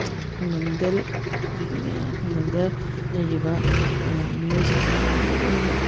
ꯈꯨꯡꯒꯪꯗ ꯑꯩꯈꯣꯏꯒꯤ ꯈꯨꯡꯒꯪꯗ ꯂꯩꯔꯤꯕ ꯃꯤꯑꯣꯏꯁꯤꯡꯁꯦ ꯑꯌꯥꯝꯕꯅ ꯂꯣꯏꯅꯃꯛ